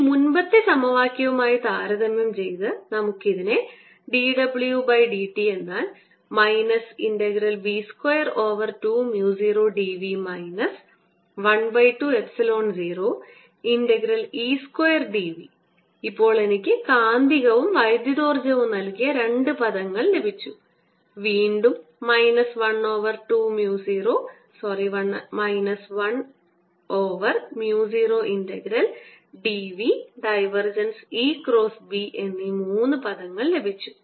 ഈ മുൻപത്തെ സമവാക്യവും ആയി താരതമ്യം ചെയ്ത് നമുക്ക് ഇതിനെ dW by dt എന്നാൽ minus integral B square over 2 mu 0 d v minus 1 by 2 epsilon 0 integral E square d v ഇപ്പോൾ എനിക്ക് കാന്തികവും വൈദ്യുതോർജ്ജവും നൽകിയ രണ്ട് പദങ്ങൾ ലഭിച്ചു വീണ്ടും minus 1 over mu 0 integral d v divergence E cross B എന്നീ മൂന്ന് പദങ്ങൾ ലഭിച്ചു